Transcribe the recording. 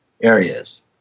areas